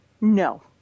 No